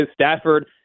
Stafford